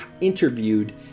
interviewed